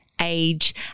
age